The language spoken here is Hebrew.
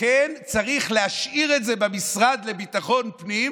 לכן צריך להשאיר את זה במשרד לביטחון פנים,